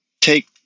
take